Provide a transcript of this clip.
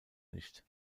nicht